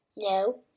No